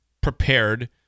prepared